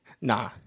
Nah